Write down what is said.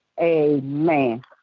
amen